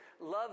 love